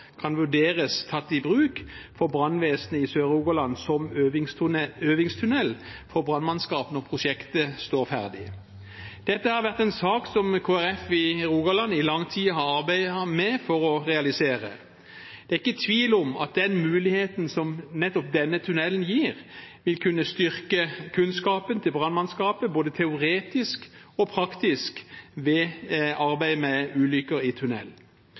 kan vurderes tatt i bruk for brannvesenet i Sør-Rogaland som øvingstunnel for brannmannskapet når prosjektet står ferdig. Dette har vært en sak som Kristelig Folkeparti i Rogaland i lang tid har arbeidet for å realisere. Det er ikke tvil om at den muligheten som nettopp denne tunnelen gir, vil kunne styrke brannmannskapets kunnskap, både teoretisk og praktisk, ved arbeid med ulykker i